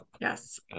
Yes